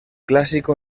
clásico